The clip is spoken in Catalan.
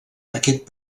aquest